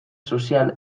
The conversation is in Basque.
sozial